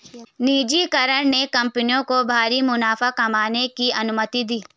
निजीकरण ने कंपनियों को भारी मुनाफा कमाने की अनुमति दी